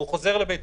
והוא חוזר לביתו,